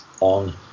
on